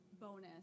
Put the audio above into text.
bonus